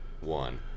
one